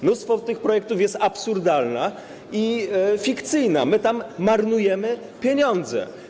Mnóstwo tych projektów jest absurdalnych i fikcyjnych, my tam marnujemy pieniądze.